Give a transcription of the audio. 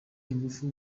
ingufu